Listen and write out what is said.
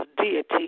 deity